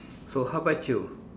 so how about you